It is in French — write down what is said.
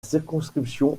circonscription